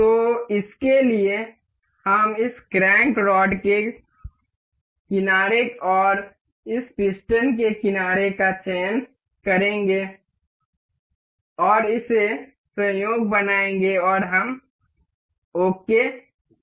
तो इसके लिए हम इस क्रैंक रॉड के किनारे और इस पिस्टन के किनारे का चयन करेंगे और इसे संयोग बनाएंगे और हम ओके क्लिक करेंगे